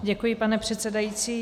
Děkuji, pane předsedající.